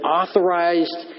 authorized